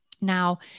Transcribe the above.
Now